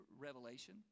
revelation